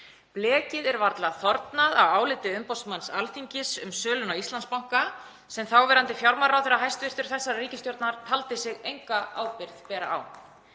Blekið er varla þornað á áliti umboðsmanns Alþingis um söluna á Íslandsbanka sem hæstv. þáverandi fjármálaráðherra þessarar ríkisstjórnar taldi sig enga ábyrgð bera á.